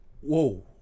Whoa